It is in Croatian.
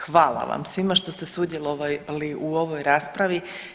Hvala vam svima što ste sudjelovali u ovoj raspravi.